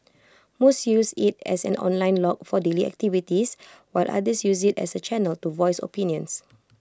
most use IT as an online log for daily activities while others use IT as A channel to voice opinions